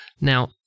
Now